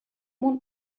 want